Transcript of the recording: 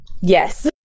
Yes